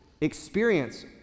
experience